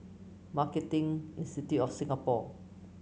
Marketing Institute of Singapore